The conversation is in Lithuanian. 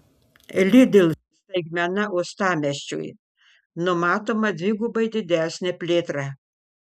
lidl staigmena uostamiesčiui numatoma dvigubai didesnė plėtra